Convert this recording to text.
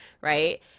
Right